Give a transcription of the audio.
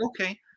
okay